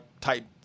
type